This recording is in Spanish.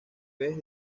vez